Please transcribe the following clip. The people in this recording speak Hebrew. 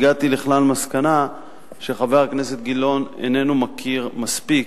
הגעתי לכלל מסקנה שחבר הכנסת גילאון איננו מכיר מספיק,